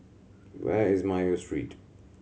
where is Mayo Street